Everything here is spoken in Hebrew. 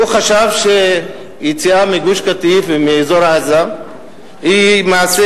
הוא חשב שיציאה מגוש-קטיף ומאזור עזה היא מעשה